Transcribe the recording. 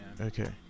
okay